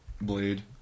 blade